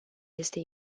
este